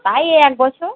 প্রায় এক বছর